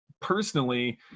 personally